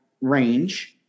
range